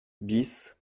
bis